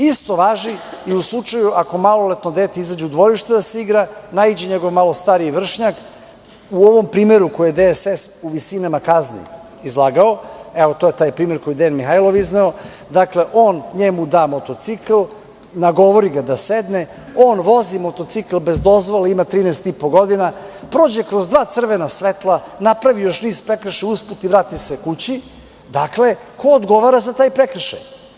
Isto važi i u slučaju ako maloletno dete izađe u dvorište da se igra, naiđe njegov malo stariji vršnjak, u ovom primeru koji je DSS izlagao o visinama kazni, to je taj primer koji je Dejan Mihajlov izneo, dakle, on njemu da motocikl, nagovori ga da sedne, on vozi motocikl bez dozvole, ima 13 i po godina, prođe kroz dva crvena svetla, napravi još niz prekršaja usput i vrati se kući, dakle, ko odgovara za taj prekršaj?